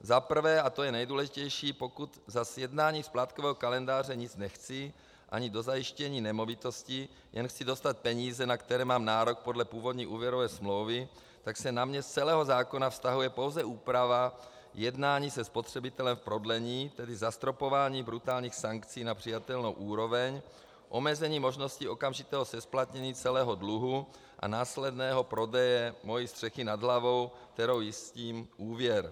Za prvé, a to je nejdůležitější, pokud za sjednání splátkového kalendáře nic nechci, ani dozajištění nemovitostí, jen chci dostat peníze, na které mám nárok podle původní úvěrové smlouvy, tak se na mě z celého zákona vztahuje pouze úprava jednání se spotřebitelem v prodlení, tedy zastropování brutálních sankcí na přijatelnou úroveň, omezení možnosti okamžitého zesplatnění celého dluhu, a následného prodeje mé střechy nad hlavou, kterou jistím úvěr.